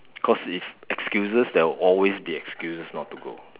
cause if excuses there are always be excuses not to go